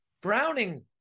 Browning